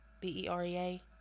B-E-R-E-A